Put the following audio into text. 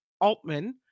Altman